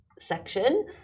section